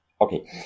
Okay